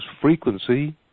frequency